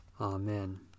Amen